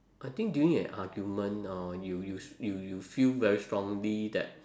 I think during an argument uh you you you you feel very strongly that